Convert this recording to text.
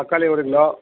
தக்காளி ஒரு கிலோ